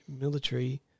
military